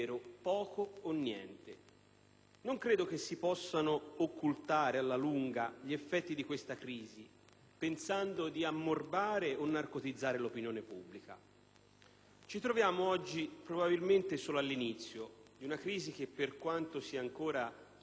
Non credo che si possano occultare alla lunga gli effetti di questa crisi, pensando di ammorbare o narcotizzare l'opinione pubblica. Ci troviamo oggi probabilmente solo all'inizio di una crisi che, per quanto sia ancora non definibile con certezza